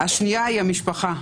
השנייה היא המשפחה.